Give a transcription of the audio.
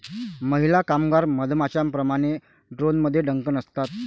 महिला कामगार मधमाश्यांप्रमाणे, ड्रोनमध्ये डंक नसतात